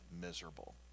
miserable